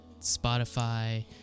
Spotify